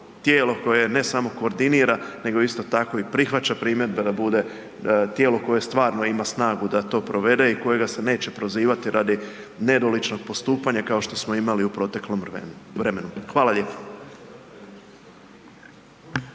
tijelo koje ne samo koordinira nego isto tako i prihvaća primjedbe de bude tijelo koje stvarno ima snagu da to provede i kojega se neće prozivati radi nedoličnog postupanja kao što smo imali u proteklom vremenu. Hvala lijepo.